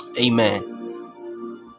Amen